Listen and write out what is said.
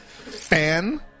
Fan